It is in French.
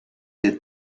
des